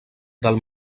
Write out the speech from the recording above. del